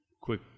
quick